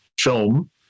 film